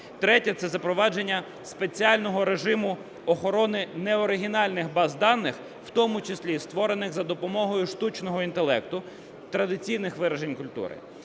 Третє. Це запровадження спеціального режиму охорони неоригінальних баз даних, в тому числі і створених за допомогою штучного інтелекту, традиційних виражень культури.